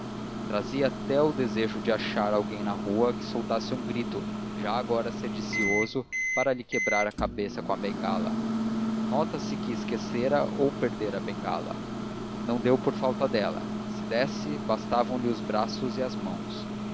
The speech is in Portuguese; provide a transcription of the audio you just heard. trazia até o desejo de achar alguém na rua que soltasse um grito já agora sedicioso para lhe quebrar a cabeça com a bengala note-se que esquecera ou perdera a bengala não deu por falta dela se desse bastavam lhe os braços e as mãos